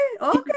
okay